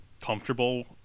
comfortable